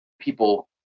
people